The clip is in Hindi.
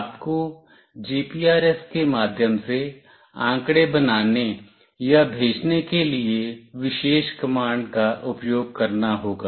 आपको GPRS के माध्यम से आंकड़े बनाने या भेजने के लिए विशेष कमांड का उपयोग करना होगा